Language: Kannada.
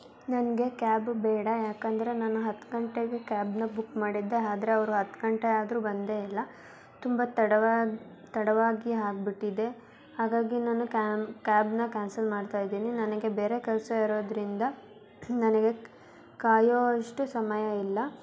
ನನಗೆ ಕ್ಯಾಬ್ ಬೇಡ ಯಾಕಂದರೆ ನಾನ್ ಹತ್ತು ಗಂಟೆಗೆ ಕ್ಯಾಬನ್ನ ಬುಕ್ ಮಾಡಿದ್ದೆ ಆದ್ರೆ ಅವರು ಹತ್ತು ಗಂಟೆಯಾದ್ರೂ ಬಂದೇ ಇಲ್ಲ ತುಂಬ ತಡವಾಗಿ ತಡವಾಗಿ ಆಗ್ಬಿಟ್ಟಿದೆ ಹಾಗಾಗಿ ನಾನು ಕ್ಯಾಮ್ ಕ್ಯಾಬನ್ನ ಕ್ಯಾನ್ಸಲ್ ಮಾಡ್ತಾ ಇದ್ದೀನಿ ನನಗೆ ಬೇರೆ ಕೆಲಸ ಇರೋದ್ರಿಂದ ನನಗೆ ಕಾಯೋ ಅಷ್ಟು ಸಮಯ ಇಲ್ಲ